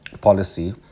policy